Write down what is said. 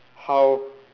how